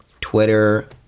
Twitter